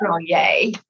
yay